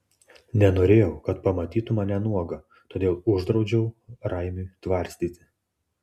nenorėjau kad pamatytų mane nuogą todėl uždraudžiau raimiui tvarstyti